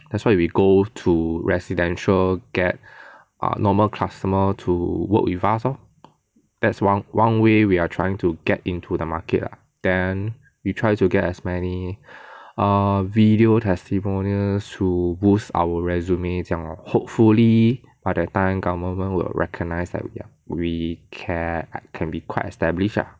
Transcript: that's why we go to residential get err normal customer to work with us lor that's one one way we are trying to get into the market lah then we try to get as many err video testimonials to boost our resume 这样 lor hopefully by the time government will recognise that we are we can can be quite established lah